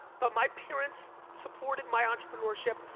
but my parents supported my entrepreneurship,